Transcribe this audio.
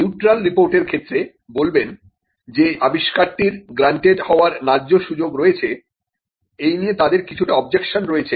neutral রিপোর্টের ক্ষেত্রে বলবেন যে আবিষ্কারটির গ্রান্টেড হবার ন্যায্য সুযোগ রয়েছে এই নিয়ে তাদের কিছুটা অবজেকশন রয়েছে